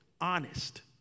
honest